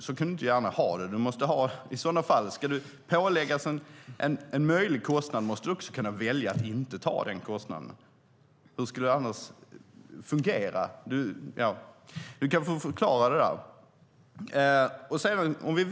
Så kan vi inte gärna ha det. Ska man läggas på en möjlig kostnad måste man också kunna välja att inte ta den kostnaden. Hur ska det annars fungera? Richard Jomshof får gärna förklara det. Vi kan vända på det.